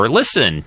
listen